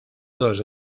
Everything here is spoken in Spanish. dos